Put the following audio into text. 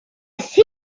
see